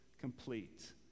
complete